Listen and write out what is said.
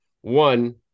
One